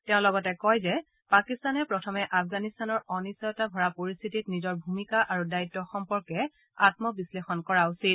তেওঁ লগতে কয় যে পাকিস্তানে প্ৰথমে আফগানিস্তানৰ অনিশ্চয়তা ভৰা পৰিস্থিতিত নিজৰ ভূমিকা আৰু দায়িত্ব সম্পৰ্কে আম্মবিশ্লেষণ কৰা উচিত